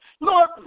Lord